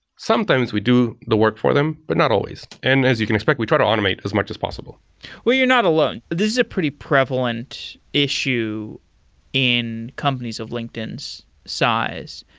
sometimes we do the work for them, but not always. and as you can expect, we try to automate as much as possible well, you're not alone. this is a pretty prevalent issue in companies of linkedin's size,